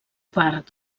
part